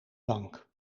bank